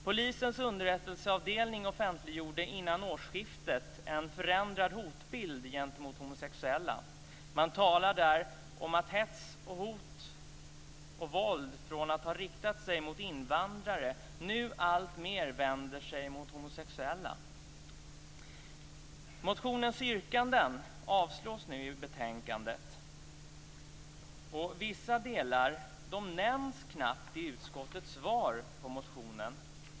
Polisens underrättelseavdelning offentliggjorde innan årsskiftet en förändrad hotbild gentemot homosexuella. Man talar där om att hets, hot och våld från att riktats mot invandrare nu alltmer vänder sig mot homosexuella. Motionsyrkandet avstyrks i betänkandet. Vissa delar nämns knappt i utskottets svar på motionen.